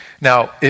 Now